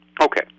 Okay